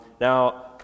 Now